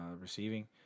receiving